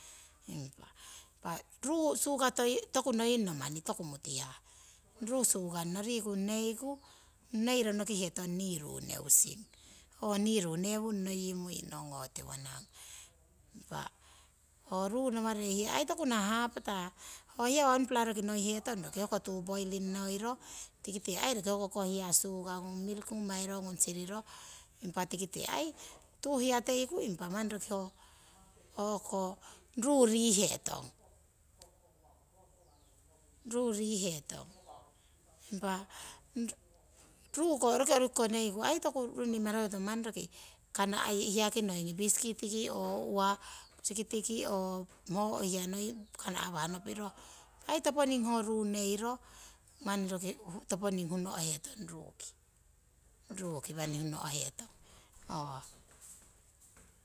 Impa ruu suka tokunoino manni toku mitihah, ruu sukanno neiro riku nokihetong ni ru neusing, oo ni ru newunno muinong, tiwoning. Impa ho ruu nawarei hiya ai toku nah hapatah. ho hiya wangpara roki noihetong roki hook tuu poiring ngoiro tikite ai roki hook koh hiya sukangung, miriki ngung, mairo ngung siriro, impa tikite ai tuu hiyateiku impa ai manni. roki ho ruu rihetong. Impa ruu ko roki oruki neiku toku ai mirahu worohetong, manni roki hiyaki noiki pusikiti oo uwaki, ho hiya noi kana'wah nopiro impa ai ho ruu toponing neiro. manni roki toponing honuhetong ruki